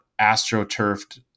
astroturfed